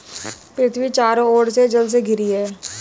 पृथ्वी चारों ओर से जल से घिरी है